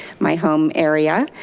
my home area.